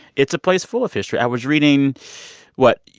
it's a place full of history. i was reading what?